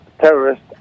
terrorist